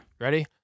Ready